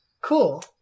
Cool